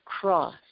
cross